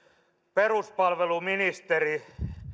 peruspalveluministeri